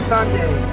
Sunday